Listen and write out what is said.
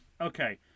Okay